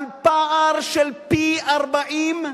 על פער של פי-40.